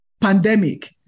pandemic